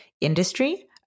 industry